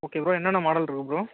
okay bro என்னென்ன model இருக்குது bro